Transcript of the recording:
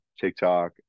TikTok